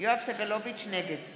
נגד